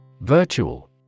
Virtual